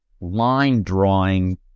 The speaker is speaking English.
line-drawing